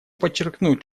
подчеркнуть